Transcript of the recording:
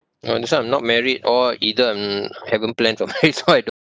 oh that's why I'm not married oh either I'm haven't plan for marriage so I don't